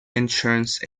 insurance